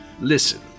Listen